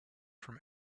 from